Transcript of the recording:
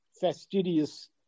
fastidious